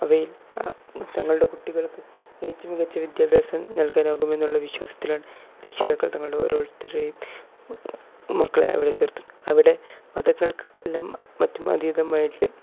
അവയിൽ തങ്ങളുടെ കുട്ടികൾക്ക് ഏറ്റും മികച്ച വിദ്യാഭ്യാസം നൽകാനാകുമെന്നുള്ള വിശ്വാസത്തിലാണ് രക്ഷിതാക്കൾ തങ്ങളുടെ ഓരോരുത്തരുടെയും മക്കളെ അവിടെ ചേർത്ത് അവിടെ മതങ്ങൾക്ക് എല്ലാം മറ്റും അതീതമായിട്ട്